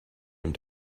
came